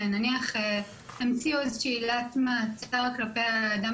נניח המציאו איזה שהיא עילת מעצר כלפי האדם